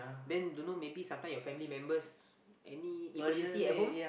then don't know maybe sometime your family members any emergency at home